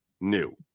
new